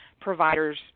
providers